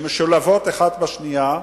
שמשולבות אחת בשנייה,